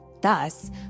Thus